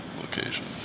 locations